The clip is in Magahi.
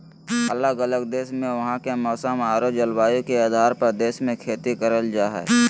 अलग अलग देश मे वहां के मौसम आरो जलवायु के आधार पर देश मे खेती करल जा हय